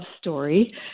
story